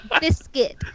biscuit